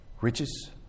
Riches